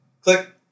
click